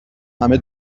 همه